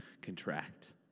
contract